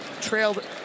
trailed